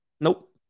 Nope